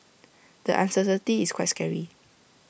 the uncertainty is quite scary